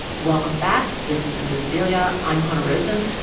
welcome back. this is invisibilia. i'm hanna rosin.